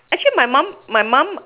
actually my mum my mum